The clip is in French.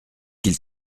qu’il